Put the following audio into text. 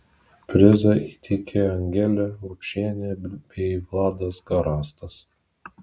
prizą įteikė angelė rupšienė bei vladas garastas